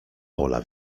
pola